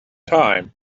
time